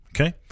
Okay